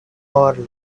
early